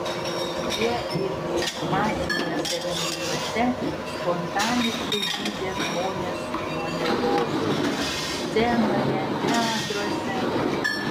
jie irgi masiniuose renginiuose spontaniškai gydė žmonės nuo neurozių scenoje teatruose